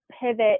pivot